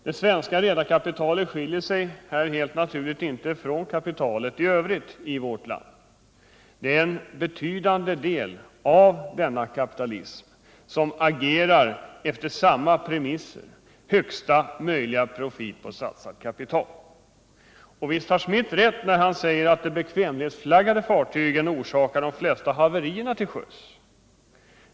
Det svenska redarkapitalet skiljer sig helt naturligt inte från kapitalet i övrigt i vårt land. Det är en betydande del av denna kapitalism som agerar efter samma premisser — högsta möjliga profit på satsat kapital. Och visst har Schmidt rätt när han säger att de bekvämlighetsflaggade fartygen orsakar de flesta haverierna till sjöss.